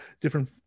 different